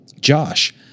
Josh